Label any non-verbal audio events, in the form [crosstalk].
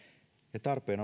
tarpeen [unintelligible]